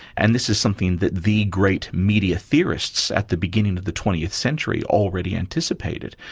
and this is something that the great media theorists at the beginning of the twentieth century already anticipated,